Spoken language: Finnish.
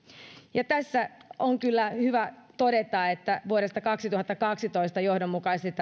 ja tässä on kyllä hyvä todeta että vuodesta kaksituhattakaksitoista johdonmukaisesti